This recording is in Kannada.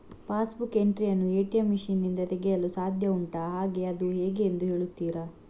ಪಾಸ್ ಬುಕ್ ಎಂಟ್ರಿ ಯನ್ನು ಎ.ಟಿ.ಎಂ ಮಷೀನ್ ನಿಂದ ತೆಗೆಯಲು ಸಾಧ್ಯ ಉಂಟಾ ಹಾಗೆ ಅದು ಹೇಗೆ ಎಂದು ಹೇಳುತ್ತೀರಾ?